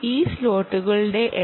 ഈ സ്ലോട്ടുകളുടെ എണ്ണം